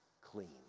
clean